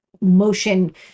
motion